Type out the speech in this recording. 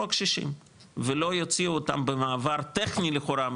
הקשישים ולא יוציאו אותם במעבר טכני לכאורה,